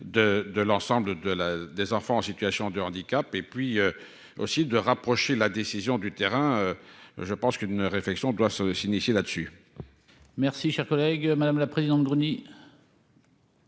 de l'ensemble de la des enfants en situation de handicap et puis aussi de rapprocher la décision du terrain, je pense qu'une réflexion doit se de s'initier là dessus. Merci, cher collègue, madame la présidente Gruny.